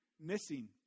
missing